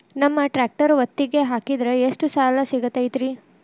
ನಮ್ಮ ಟ್ರ್ಯಾಕ್ಟರ್ ಒತ್ತಿಗೆ ಹಾಕಿದ್ರ ಎಷ್ಟ ಸಾಲ ಸಿಗತೈತ್ರಿ?